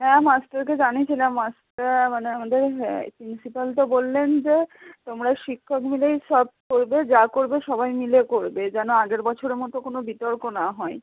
হ্যাঁ মাস্টারকে জানিয়েছিলাম মাস্টার মানে আমাদের প্রিন্সিপ্যাল তো বললেন যে তোমরা শিক্ষক মিলেই সব করবে যা করবে সবাই মিলে করবে যেন আগের বছরের মতো কোনো বিতর্ক না হয়